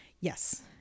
Yes